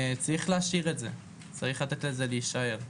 צריך לגרום לזה להישאר.